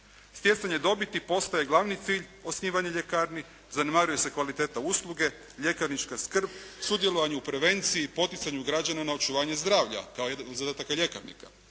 Stjecanje dobiti postaje glavni cilj osnivanja ljekarni, zanemaruje se kvaliteta usluge, ljekarnička skrb, sudjelovanje u prevenciji i poticanju građana na očuvanje zdravlja kao jedan od zadataka ljekarnika.